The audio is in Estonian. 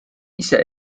ise